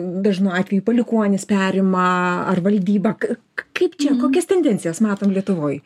dažnu atveju palikuonys perima ar valdyba k kaip čia kokias tendencijas matom lietuvoj